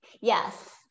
Yes